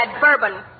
bourbon